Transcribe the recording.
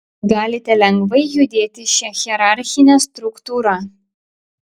galite lengvai judėti šia hierarchine struktūra